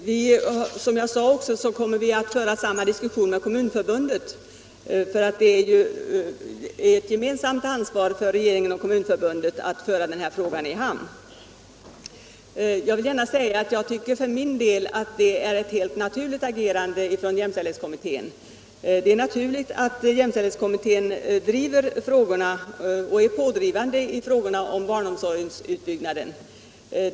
Som jag tidigare sagt kommer vi också att föra samma diskussioner med Kommunförbundet, eftersom regeringen och Kommunförbundet har ett gemensamt ansvar för att frågan förs i hamn. För min del tycker jag att det är ett helt naturligt agerande från jämställdhetskommitténs sida. Det är naturligt att jämställdhetskommittén är pådrivande när det gäller barnomsorgsutbyggnaden.